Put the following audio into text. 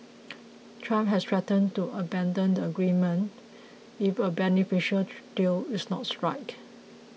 trump has threatened to abandon the agreement if a beneficial deal is not struck